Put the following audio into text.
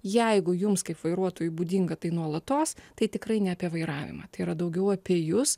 jeigu jums kaip vairuotojui būdinga tai nuolatos tai tikrai ne apie vairavimą tai yra daugiau apie jus